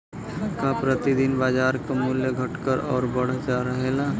का प्रति दिन बाजार क मूल्य घटत और बढ़त रहेला?